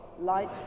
light